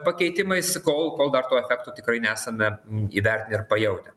pakeitimais kol kol dar to efekto tikrai nesame įvertinę ir pajautę